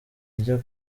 rya